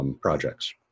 projects